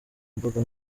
mbuga